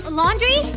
laundry